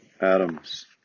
Adams